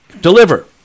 deliver